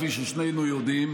כפי ששנינו יודעים,